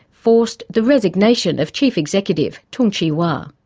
forced the resignation of chief executive tung chee-hwa.